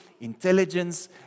intelligence